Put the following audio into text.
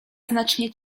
znacznie